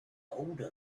older